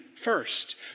First